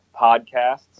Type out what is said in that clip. podcasts